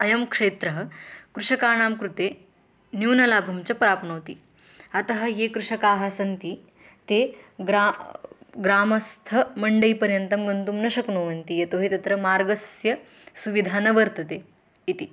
अयं क्षेत्रं कृषकाणां कृते न्यूनलाभं च प्राप्नोति अतः ये कृषकाः सन्ति ते ग्रामं ग्रामस्थमण्डलपर्यन्तं गन्तुं न शक्नुवन्ति यतो हि तत्र मार्गस्य सुविधा न वर्तते इति